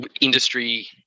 industry